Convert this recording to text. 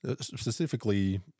specifically